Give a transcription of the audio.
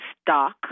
stock